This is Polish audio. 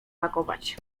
pakować